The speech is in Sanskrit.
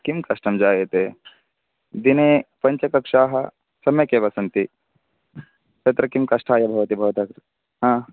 किं कष्टं जायते दिने पञ्चकक्षाः सम्यक् एव सन्ति तत्र किं कष्टाय भवति भवतः कृते आम्